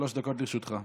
שלוש דקות לרשותך.